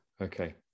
Okay